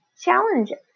challenges